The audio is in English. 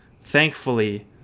thankfully